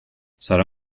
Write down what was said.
serà